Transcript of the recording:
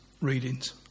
readings